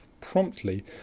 promptly